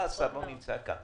לא נמצא כאן?